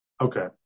Okay